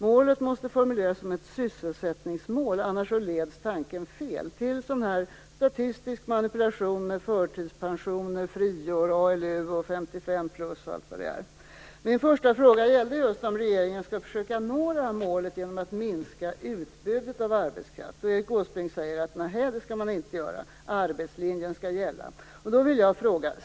Målet måste formuleras som ett sysselsättningsmål, annars leds tanken fel - till sådan här statistisk manipulation med förtidspensioner, frigöring av ALU, 55 plus och allt vad det är. Min första fråga gällde om regeringens skall försöka nå målet genom att minska utbudet av arbetskraft. Erik Åsbrink säger att det skall den inte göra, utan det är arbetslinjen som skall gälla.